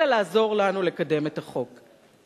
אלא לעזור לנו לקדם את החוק.